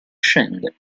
scende